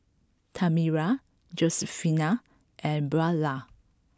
Tamera Josefina and Beulah